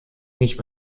nicht